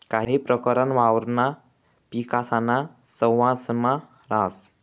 काही प्रकरण वावरणा पिकासाना सहवांसमा राहस